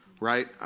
right